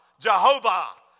Jehovah